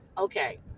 okay